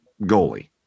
goalie